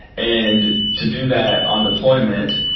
and to do that on deployment,